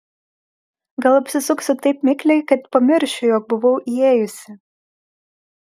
gal apsisuksiu taip mikliai kad pamiršiu jog buvau įėjusi